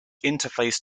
interface